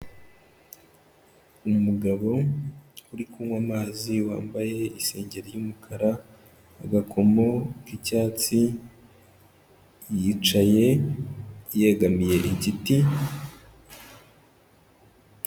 Umugabo uri kunywa amazi wambaye isengeri y'umukara, agakomo k'icyatsi, yicaye yegamiye igiti.